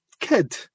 kid